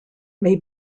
may